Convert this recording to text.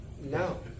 no